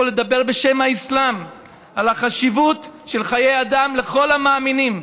לדבר בשם האסלאם על החשיבות של חיי אדם לכל המאמינים.